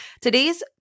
Today's